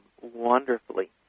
wonderfully